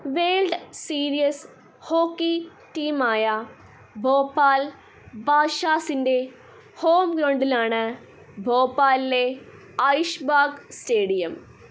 world series hockey ടീമായ ഭോപ്പാൽ ബാദ്ഷാസിൻ്റെ home ഗ്രൗണ്ടാണ് ഭോപ്പാലിലെ ഐഷ്ബാഗ് സ്റ്റേഡിയം